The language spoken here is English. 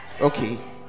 okay